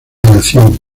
nación